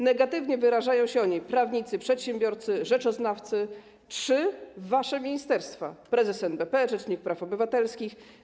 Negatywnie wyrażają się o niej prawnicy, przedsiębiorcy, rzeczoznawcy, trzy wasze ministerstwa, prezes NBP, rzecznik praw obywatelskich.